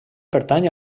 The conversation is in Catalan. pertany